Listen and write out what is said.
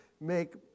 make